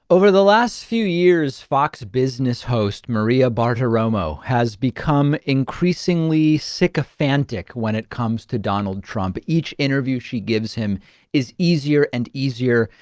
over the last few years, fox business host maria bartiromo has become increasingly sycophantic when it comes to donald trump. each interview she gives him is easier and easier.